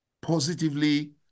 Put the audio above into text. positively